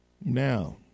Now